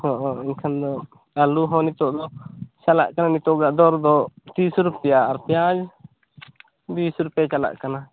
ᱮᱱᱠᱷᱟᱱ ᱫᱚ ᱟᱞᱩ ᱦᱚᱸ ᱱᱤᱛᱚᱜ ᱫᱚ ᱪᱟᱞᱟᱜ ᱠᱟᱱᱟ ᱱᱤᱛᱚᱜᱟ ᱫᱚᱨ ᱫᱚ ᱛᱤᱨᱤᱥ ᱨᱩᱯᱤᱭᱟ ᱟᱨ ᱯᱮᱭᱟᱡ ᱵᱤᱥ ᱨᱩᱯᱤᱭᱟ ᱪᱟᱞᱟᱜ ᱠᱟᱱᱟ